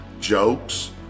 Jokes